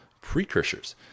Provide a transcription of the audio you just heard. precursors